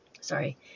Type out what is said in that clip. Sorry